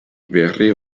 vere